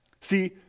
See